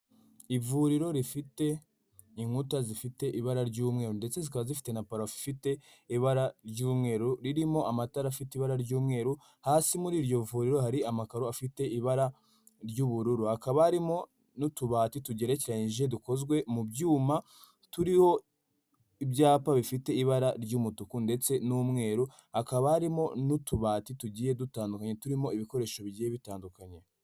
Ivuriro rifite inkuta zifite ibara ry'umweru ndetse zikaba zifite na parafo ifite ibara ry'umweru, ririmo amatara afite ibara ry'umweru. Hasi muri iryo vuriro hari amakaro afite ibara ry'ubururu, hakaba harimo n'utubati tugerekeranyije dukozwe mu byuma. Turiho ibyapa bifite ibara ry'umutuku ndetse n'umweru, hakaba harimo n'utubati tugiye dutandukanye turimo ibikoresho bigiye bitandukanye.